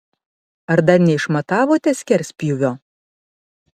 ar dar neišmatavote skerspjūvio